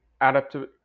adaptive